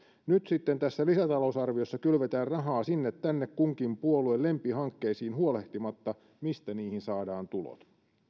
nyt sitten tässä lisätalousarviossa kylvetään rahaa sinne tänne kunkin puolueen lempihankkeisiin huolehtimatta mistä niihin saadaan tulot väärin